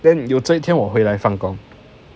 then 有这一天我回来放放工